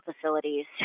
facilities